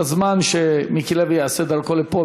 בזמן שמיקי לוי יעשה את דרכו לפה,